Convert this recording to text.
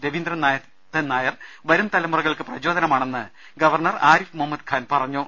രവീന്ദ്രനാഥൻ നായർ വരും തലമുറകൾക്ക് പ്രചോദനമാണെന്ന് ഗവർണർ ആരിഫ് മുഹമ്മദ് ഖാൻ പറഞ്ഞു